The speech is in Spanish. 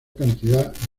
cantidad